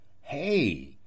hey